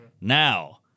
Now